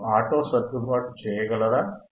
మీరు ఆటో సర్దుబాటు చేయగలరా